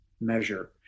measure